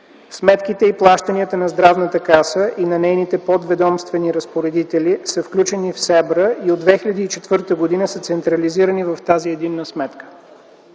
сметките и плащанията на Здравната каса и на нейните подведомствени разпоредители са включени в СЕБРА и от 2004 г. са централизирани в тази единна сметка.